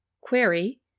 Query